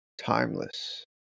timeless